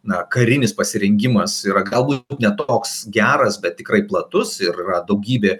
na karinis pasirengimas yra galbūt ne toks geras bet tikrai platus ir yra daugybė